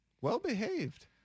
Well-behaved